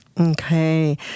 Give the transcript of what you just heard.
Okay